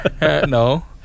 No